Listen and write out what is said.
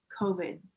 COVID